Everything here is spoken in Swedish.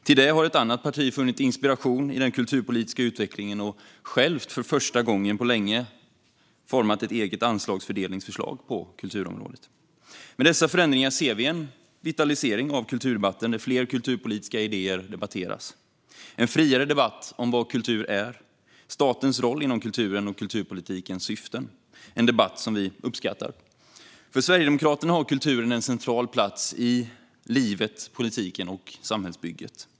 Till det har ett annat parti funnit inspiration i den kulturpolitiska utvecklingen och för första gången på länge format ett eget anslagsfördelningsförslag på kulturområdet. Med dessa förändringar ser vi en vitalisering av kulturdebatten där fler kulturpolitiska idéer debatteras - en friare debatt om vad kultur är, om statens roll inom kulturen och om kulturpolitikens syften. Det är en debatt som vi uppskattar. För Sverigedemokraterna har kulturen en central plats i livet, politiken och samhällsbygget.